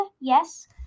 yes